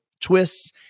twists